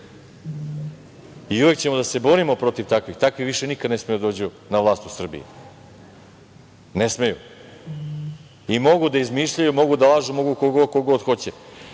Uvek ćemo da se borimo protiv takvih. Takvi više nikada ne smeju da dođu na vlast u Srbiji. Ne smeju. Mogu da izmišljaju, mogu da lažu, mogu koliko god hoće.